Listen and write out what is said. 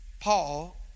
Paul